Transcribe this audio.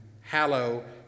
hallow